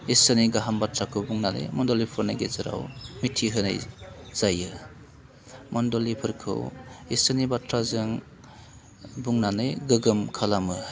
ईसोरनि गाहाम बाथ्राखौ बुंनानै मण्डलिफोरनि गेजेराव मिथिहोनाय जायो मण्डलिफोरखौ ईसोरनि बाथ्राजों बुंनानै गोगोम खालामो